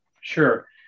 sure